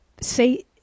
say